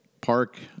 park